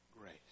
Grace